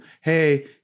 hey